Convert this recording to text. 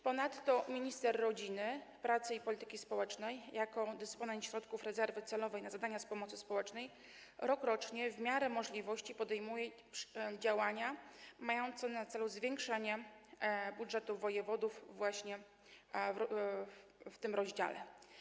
Ponadto minister rodziny, pracy i polityki społecznej jako dysponent środków rezerwy celowej na zadania z zakresu pomocy społecznej rokrocznie w miarę możliwości podejmuje działania mające na celu zwiększenie budżetów wojewodów właśnie w tym rozdziale.